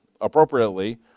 appropriately